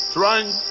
trying